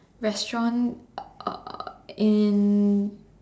restaurant uh in